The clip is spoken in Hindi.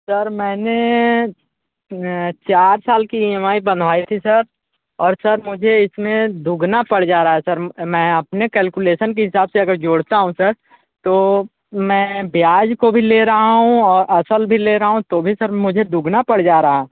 सर मैंने चार साल की ई एम आई बनवाई थी सर और सर मुझे इसमें दुगना पड़ जा रहा है सर मैं अपने कैलकुलेशन के हिसाब से अगर जोड़ता हूँ सर तो मैं ब्याज को भी ले रहा हूँ और असल भी ले रहा हूँ तो भी सर मुझे दुगना पड़ जा रहा है